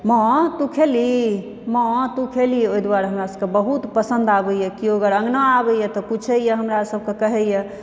माँ तु खेलही माँ तू खेलही ओहि दुआरे हमरा सबके बहुत पसन्द आबैया केओ अगर अङ्गना आबैया तऽ पुछैया हमरा सबके कहैया